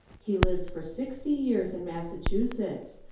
he lived for sixty years in massachusetts,